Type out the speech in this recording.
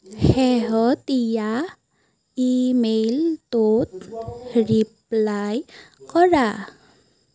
শেহতীয়া ইমেইলটোত ৰিপ্লাই কৰা